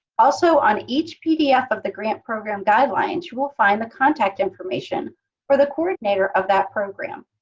also on each pdf of the grant program guidelines, you will find the contact information for the coordinator of that program.